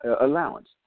allowance